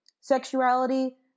sexuality